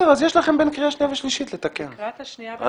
אז יש לכם אפשרות לתקן לקראת הקריאה השנייה והשלישית.